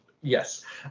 Yes